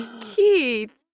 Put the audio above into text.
Keith